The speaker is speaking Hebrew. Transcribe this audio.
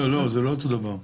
לא, זה לא אותו דבר.